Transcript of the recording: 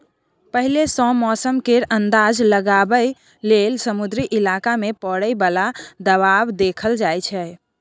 पहिले सँ मौसम केर अंदाज लगाबइ लेल समुद्री इलाका मे परय बला दबाव देखल जाइ छै